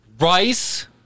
Rice